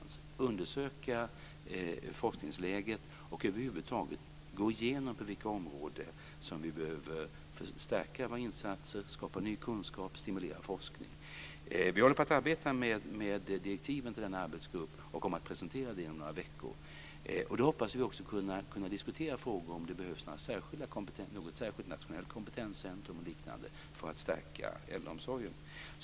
Den ska undersöka forskningsläget och över huvud taget gå igenom vilka områden där vi behöver förstärka våra insatser, sprida ny kunskap och stimulera forskning. Vi håller på att arbeta med direktiven till denna arbetsgrupp, och vi kommer att presentera dem om några veckor. Då hoppas jag att vi kan diskutera om det behövs ett särskilt nationellt kompetenscentrum eller liknande för att stärka äldreomsorgen.